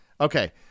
okay